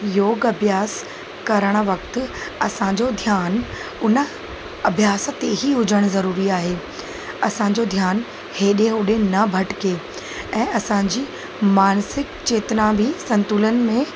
योग अभ्यास करणु वक़्तु असांजो ध्यानु उन अभ्यास ते ई हुजणु ज़रूरी आहे असांजो ध्यानु हेॾे होॾे न भटिके ऐं असांजी मानसिक चेतना बि संतुलन में